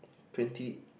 twenty